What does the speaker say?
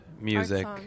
music